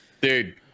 Dude